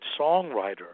songwriter